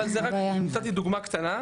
אבל זה רק, נתתי דוגמא קטנה.